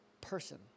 person